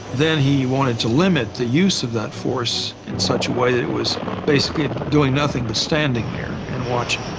then he wanted to limit the use of that force in such a way that it was basically doing nothing but standing there and watching.